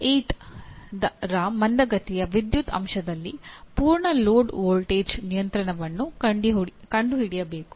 8 ರ ಮಂದಗತಿಯ ವಿದ್ಯುತ್ ಅಂಶದಲ್ಲಿ ಪೂರ್ಣ ಲೋಡ್ ವೋಲ್ಟೇಜ್ ನಿಯಂತ್ರಣವನ್ನು ಕಂಡುಹಿಡಿಯಬೇಕು